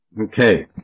Okay